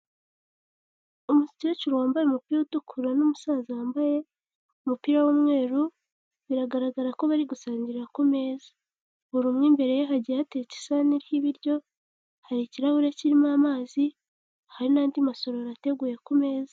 Umukecuru wambaye umupira utukura n'umusaza wambaye umupira w'umweru, biragaragara ko bari gusangirira ku meza, buri umwe imbere ye hagiye hateretse isahane iriho ibiryo, hari ikirahure kirimo amazi, hari n'andi masorori ateguye ku meza.